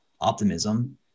optimism